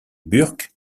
burke